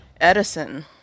edison